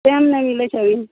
time नहि मिलय छै